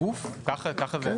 שר.